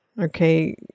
okay